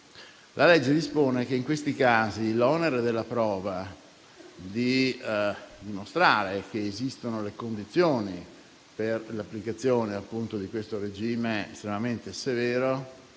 La legge dispone che in questi casi l'onere della prova di dimostrare che esistono le condizioni per l'applicazione di questo regime estremamente severo